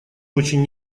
очень